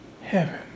heaven